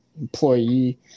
employee